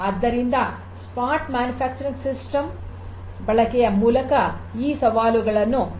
ಆದ್ದರಿಂದ smart manufacturing system ಬಳಕೆಯ ಮೂಲಕ ಈ ಸವಾಲುಗಳನ್ನು ಎದುರಿಸಬಹುದು